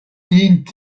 dient